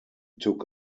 took